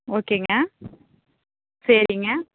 ஓகேங்க சரிங்க